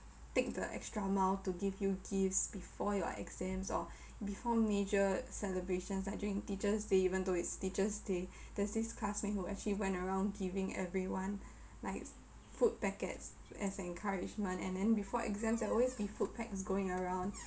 take the extra mile to give you gifts before your exams or before major celebrations like during teachers' day even though it's teachers' day there's this classmate who actually went around giving everyone likes food packets as encouragement and then before exams there'll always be food packs going around